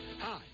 Hi